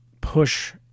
push